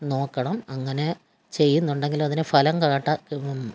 നോക്കണം അങ്ങനെ ചെയ്യുന്നുണ്ടെങ്കിൽ അതിന് ഫലം കാട്ടാ